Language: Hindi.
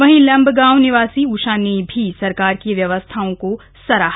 वहीं लंबगांव निवासी उषा ने भी सरकार की व्यवस्थाओं को सराहा